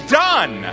done